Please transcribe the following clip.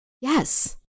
Yes